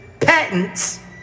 patents